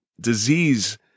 disease